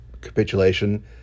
capitulation